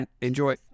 Enjoy